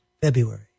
february